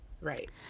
Right